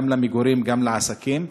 גם למגורים וגם לעסקים,